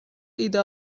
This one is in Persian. ایده